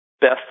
best